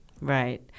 Right